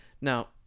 Now